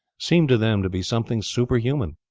seemed to them to be something superhuman.